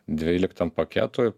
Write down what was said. dvyliktam paketui